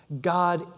God